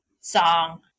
song